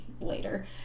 later